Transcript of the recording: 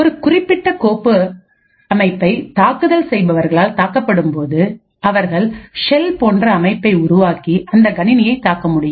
ஒரு குறிப்பிட்ட கோப்புஅமைப்பு தாக்குதல் செய்பவர்களால் தாக்கப்படும்போது அவர்கள் ஷெல் போன்ற அமைப்பை உருவாக்கி அந்த கணினியை தாக்க முடியும்